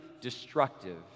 destructive